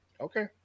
Okay